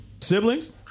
Siblings